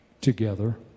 together